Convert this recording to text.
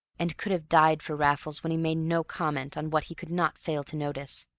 and could have died for raffles when he made no comment on what he could not fail to notice.